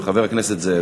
חבר הכנסת זאב,